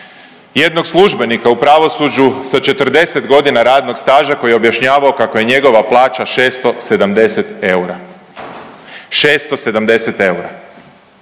jednog službenika u pravosuđu sa 40.g. radnog staža koji je objašnjavao kako je njegova plaća 670 eura, 670 eura.